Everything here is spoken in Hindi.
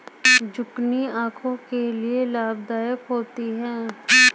जुकिनी आंखों के लिए लाभदायक होती है